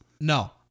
No